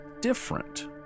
different